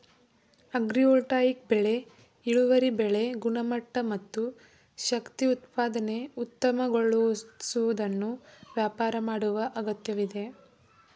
agrivoltaic ಬೆಳೆ ಇಳುವರಿ ಬೆಳೆ ಗುಣಮಟ್ಟ ಮತ್ತು ಶಕ್ತಿ ಉತ್ಪಾದನೆ ಉತ್ತಮಗೊಳಿಸುವುದನ್ನು ವ್ಯಾಪಾರ ಮಾಡುವ ಅಗತ್ಯವಿದೆ